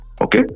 Okay